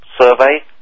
survey